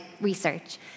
research